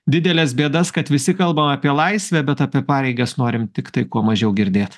dideles bėdas kad visi kalbam apie laisvę bet apie pareigas norim tiktai kuo mažiau girdėt